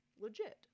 legit